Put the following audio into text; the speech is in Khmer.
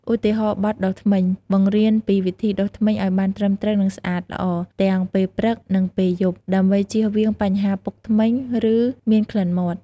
ឧទាហរណ៍បទ "ដុសធ្មេញ" បង្រៀនពីវិធីដុសធ្មេញឲ្យបានត្រឹមត្រូវនិងស្អាតល្អ ទាំងពេលព្រឹក និងពេលយប់ ដើម្បីជៀសវាងបញ្ហាពុកធ្មេញ ឬមានក្លិនមាត់។